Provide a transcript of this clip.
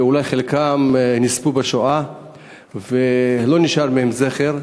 וחלק מהבעלים אולי נספו בשואה ולא נשאר להם זכר.